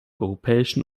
europäischen